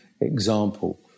example